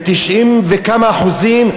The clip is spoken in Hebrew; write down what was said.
ב-90 וכמה אחוזים,